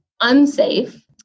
unsafe